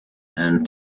and